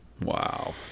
Wow